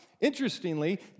interestingly